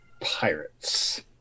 pirates